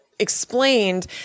explained